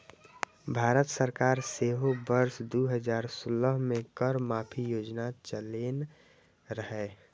भारत सरकार सेहो वर्ष दू हजार सोलह मे कर माफी योजना चलेने रहै